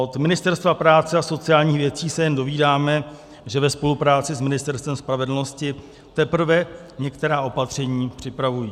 Od Ministerstva práce a sociálních věcí se jen dovídáme, že ve spolupráci s Ministerstvem spravedlnosti teprve některá opatření připravují.